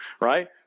right